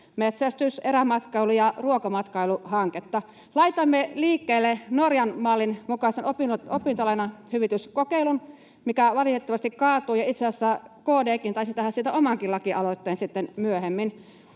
metsästys-, erämatkailu- ja ruokamatkailuhanketta. Laitoimme liikkeelle Norjan mallin mukaisen opintolainahyvityskokeilun, mikä valitettavasti kaatui. Itse asiassa KD:kin taisi tehdä siitä omankin lakialoitteen sitten myöhemmin.